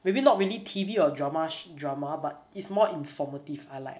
maybe not really T_V or dram~ drama but it's more informative I like ah